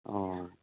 ہاں